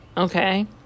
Okay